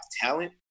talent